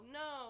no